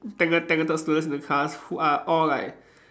talented talented students in the class who are all like